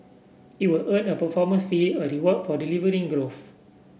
it will earn a performance fee a reward for delivering growth